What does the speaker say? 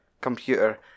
computer